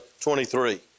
23